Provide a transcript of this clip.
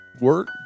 work